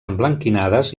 emblanquinades